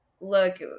Look